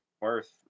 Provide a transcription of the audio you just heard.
Worth